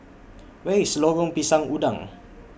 Where IS Lorong Pisang Udang